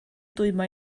dwymo